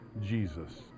Jesus